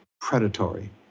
predatory